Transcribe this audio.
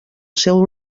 seu